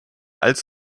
als